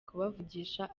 kubavugisha